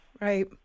Right